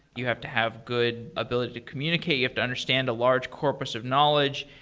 you have to have good ability to communicate. you have to understand a large corpus of knowledge,